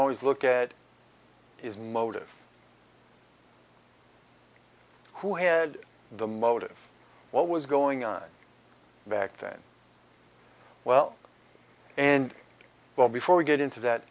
always look at is motive who had the motive what was going on back then well and well before we get into that